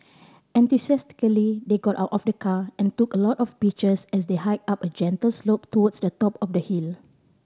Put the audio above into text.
enthusiastically they got out of the car and took a lot of pictures as they hike up a gentle slope towards the top of the hill